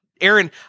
Aaron